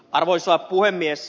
arvoisa puhemies